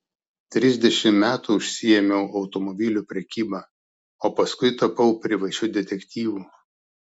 trisdešimt metų užsiėmiau automobilių prekyba o paskui tapau privačiu detektyvu